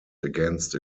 against